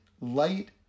light